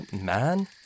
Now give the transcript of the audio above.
man